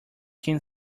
can